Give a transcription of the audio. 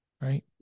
right